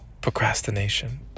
procrastination